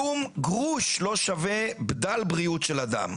שום גרוש לא שווה בדל בריאות של אדם.